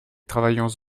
travaillons